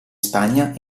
spagna